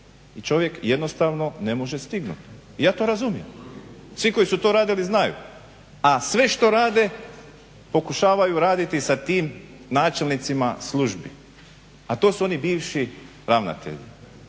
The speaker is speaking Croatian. i čovjek jednostavno ne može stignut. Ja to razumijem, svi koji su to radili znaju. A sve što rade pokušavaju raditi sa tim načelnicima službi, a to su oni bivši ravnatelji.